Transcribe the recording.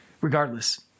Regardless